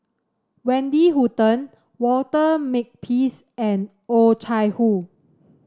Wendy Hutton Walter Makepeace and Oh Chai Hoo